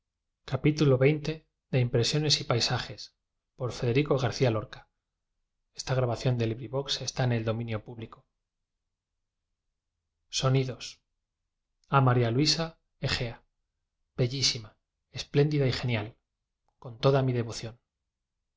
m aría luisa egea bellísima espléndida y genial con toda m i devoción